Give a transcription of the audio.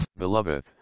Beloved